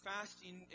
Fasting